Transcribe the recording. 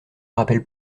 rappelle